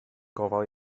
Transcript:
gofal